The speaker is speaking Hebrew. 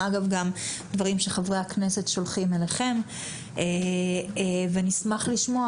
אגב גם דברים שחברי הכנסת שולחים אליכם ונשמח לשמוע